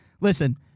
Listen